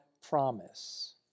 promise